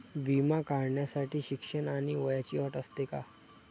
विमा काढण्यासाठी शिक्षण आणि वयाची अट असते का?